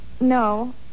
No